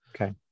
okay